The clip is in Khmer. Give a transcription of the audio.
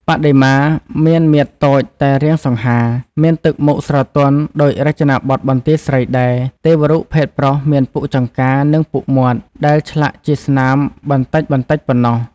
បដិមា មានមាឌតូចតែរាងសង្ហា មានទឹកមុខស្រទន់ដូចរចនាបថបន្ទាយស្រីដែរ ទេវរូបភេទប្រុសមានពុកចង្កា និងពុកមាត់ ដែលឆ្លាក់ជាស្នាម បន្តិចៗប៉ុណ្ណោះ។